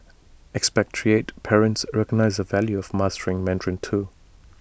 expatriate parents recognise the value of mastering Mandarin too